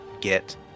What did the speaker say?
get